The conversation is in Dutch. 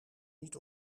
niet